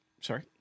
sorry